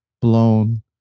blown